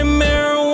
marijuana